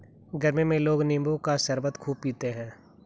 गरमी में लोग नींबू का शरबत खूब पीते है